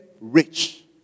rich